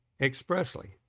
expressly